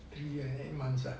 three year eight months lah